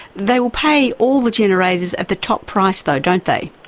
they will pay all the generators at the top price though, don't they?